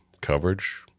coverage